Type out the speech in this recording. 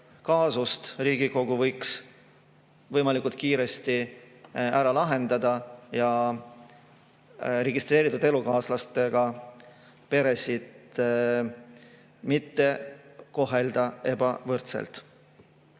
kaasuse Riigikogu võiks võimalikult kiiresti ära lahendada ja registreeritud elukaaslastega peresid mitte kohelda ebavõrdselt.